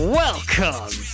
welcome